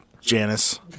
Janice